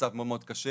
מצב מאוד מאוד קשה,